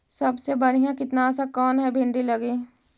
सबसे बढ़िया कित्नासक कौन है भिन्डी लगी?